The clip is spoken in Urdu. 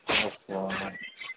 اچھا